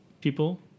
people